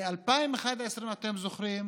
ב-2011, אם אתם זוכרים,